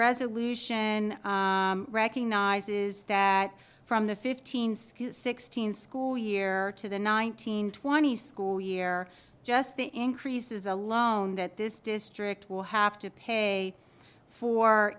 resolution recognizes that from the fifteen schools sixteen school year to the nineteen twenty school year just the increases alone that this district will have to pay for